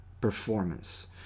performance